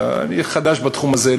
אני חדש בתחום הזה,